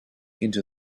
into